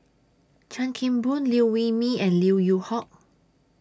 Chan Kim Boon Liew Wee Mee and Lim Yew Hock